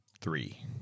three